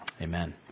amen